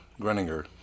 Greninger